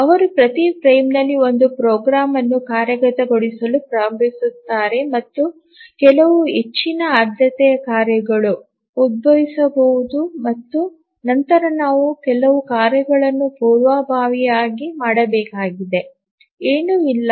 ಅವರು ಪ್ರತಿ ಫ್ರೇಮ್ನಲ್ಲಿ ಒಂದು ಪ್ರೋಗ್ರಾಂ ಅನ್ನು ಕಾರ್ಯಗತಗೊಳಿಸಲು ಪ್ರಾರಂಭಿಸುತ್ತಾರೆ ಮತ್ತು ಕೆಲವು ಹೆಚ್ಚಿನ ಆದ್ಯತೆಯ ಕಾರ್ಯವು ಉದ್ಭವಿಸಬಹುದು ಮತ್ತು ನಂತರ ನಾವು ಕೆಲವು ಕಾರ್ಯಗಳನ್ನು ಪೂರ್ವಭಾವಿಯಾಗಿ ಮಾಡಬೇಕಾಗಿದೆ ಏನೂ ಇಲ್ಲ